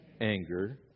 anger